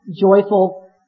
joyful